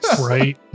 Right